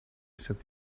said